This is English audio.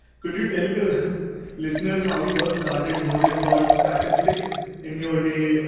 could you tell the listeners how you got started? was it called statistics in your day?